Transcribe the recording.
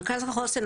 מרכז החוסן,